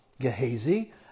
Gehazi